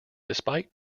despite